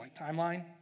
timeline